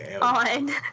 on